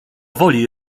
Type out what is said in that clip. woli